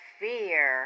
fear